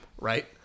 Right